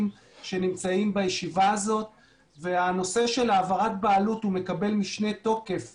שנמצאים כאן והנושא של העברת בעלות מקבל משנה תוקף